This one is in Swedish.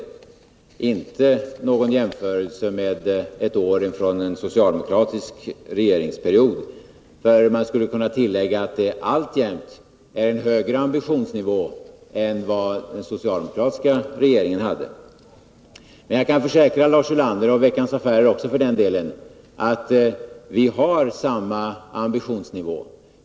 Det är inte någon jämförelse med ett år under en socialdemokratisk regeringsperiod. Jag skulle kunna tillägga att vi alltjämt har en högre ambitionsnivå än den socialdemokratiska regeringen hade. Jag kan försäkra Lars Ulander — och Veckans Affärer också för den delen — att vi har kvar samma höga ambitionsnivå.